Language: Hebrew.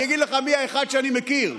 אני אגיד לך מי האחד שאני מכיר,